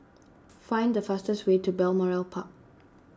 find the fastest way to Balmoral Park